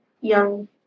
young